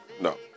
No